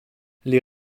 les